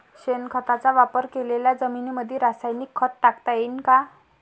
शेणखताचा वापर केलेल्या जमीनीमंदी रासायनिक खत टाकता येईन का?